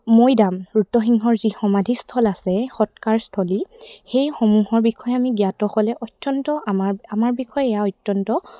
মৈদাম ৰুদ্ৰসিংহৰ যি সমাধিস্থল আছে সৎকাৰস্থলী সেইসমূহৰ বিষয়ে আমি জ্ঞাতসকলে অত্যন্ত আমাৰ আমাৰ বিষয়ে এয়া অত্যন্ত